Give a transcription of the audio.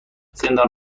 زندان